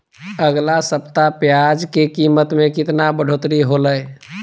अगला सप्ताह प्याज के कीमत में कितना बढ़ोतरी होलाय?